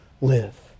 live